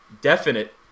definite